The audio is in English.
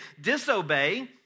disobey